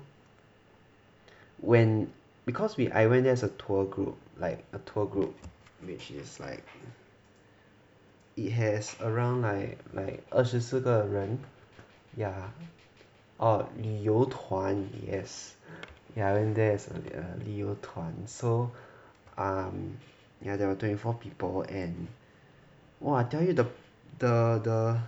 when because we I went there as a tour group like a tour group which is like it has around like like 二十四个人 ya orh 旅游团 yes ya when there's a 旅游团 so um yeah there are twenty four people and !wah! I tell you the the